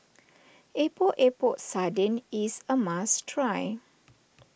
Epok Epok Sardin is a must try